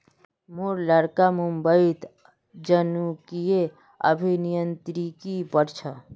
मोर लड़का मुंबईत जनुकीय अभियांत्रिकी पढ़ छ